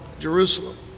Jerusalem